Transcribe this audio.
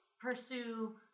pursue